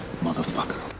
motherfucker